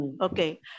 okay